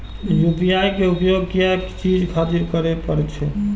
UPI के उपयोग किया चीज खातिर करें परे छे?